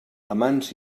amants